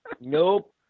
Nope